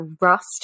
rust